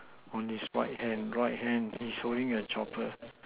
on his right hand right hand he's showing a chopper